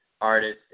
artists